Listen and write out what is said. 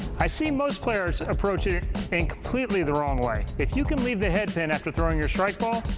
i see most approach it in completely the wrong way. if you can leave the head pin after throwing your strike ball,